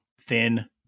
thin